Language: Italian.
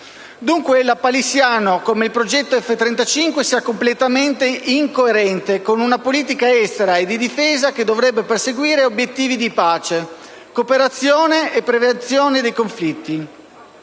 Dunque, è lapalissiano come il progetto F-35 sia completamente incoerente con una politica estera e di difesa che dovrebbe perseguire obiettivi di pace, cooperazione e prevenzione dei conflitti.